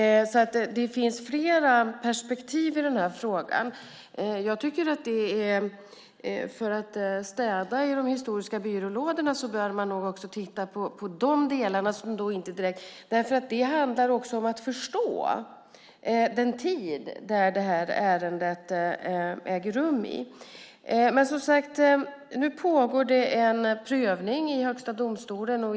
Det finns flera perspektiv i den här frågan. För att städa i de historiska byrålådorna bör man nog titta på de delarna. Det handlar också att förstå den tid då det här ärendet ägde rum. Nu pågår det en prövning i Högsta domstolen.